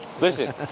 Listen